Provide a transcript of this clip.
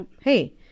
hey